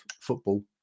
football